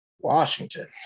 Washington